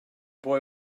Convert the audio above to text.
boy